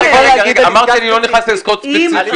--- אמרתי שאני לא נכנס לעסקאות ספציפיות.